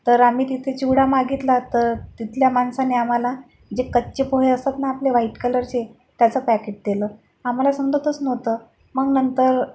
तर आम्ही तिथे चिवडा मागितला तर तिथल्या माणसानी आम्हाला जे कच्चे पोहे असतात ना आपले व्हाईट कलरचे त्याचं पॅकेट दिलं आम्हाला समजतच नव्हतं मग नंतर